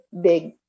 big